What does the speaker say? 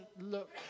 look